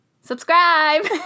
Subscribe